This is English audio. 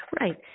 Right